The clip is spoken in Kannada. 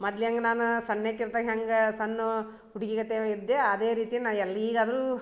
ಮದ್ಲ ಹೆಂಗ್ ನಾನು ಸನ್ಯಕಿರ್ದಗ ಹೇಗ ಸಣ್ಣ ಹುಡ್ಗಿಗತ್ತೆ ಇದ್ದೆ ಅದೇ ರೀತಿ ನಾ ಎಲ್ಲಿ ಈಗಾದರೂ